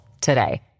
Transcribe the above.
today